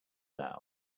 loud